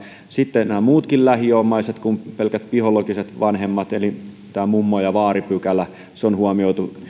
sitten nämä muutkin lähiomaiset kuin pelkät biologiset vanhemmat eli tämä mummo ja vaaripykälä on huomioitu